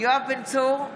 יואב בן צור,